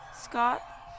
Scott